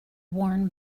worn